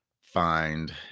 Find